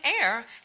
air